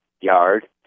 yard